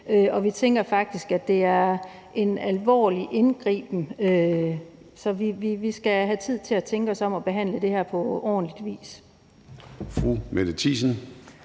Vi tænker faktisk, at det er en alvorlig indgriben, så vi skal have tid til at tænke os om og behandle det her på ordentlig vis.